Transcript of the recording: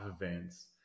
events